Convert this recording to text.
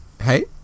Hey